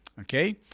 okay